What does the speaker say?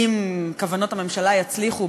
אם כוונות הממשלה יצליחו,